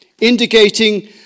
indicating